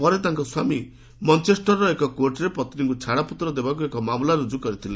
ପରେ ତାଙ୍କ ସ୍ୱାମୀ ମାଞ୍ଚେଷ୍ଟରର ଏକ କୋର୍ଟରେ ପତ୍ନୀଙ୍କୁ ଛାଡ଼ପତ୍ର ଦେବାକୁ ଏକ ମାମଲା ରୁଜୁ କରିଥିଲେ